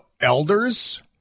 elders